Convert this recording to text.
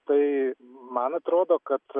tai man atrodo kad